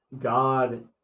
God